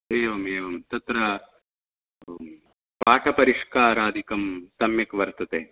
एवमेवं तत्र प्राकपरिष्कारादिकं सम्यक् वर्तते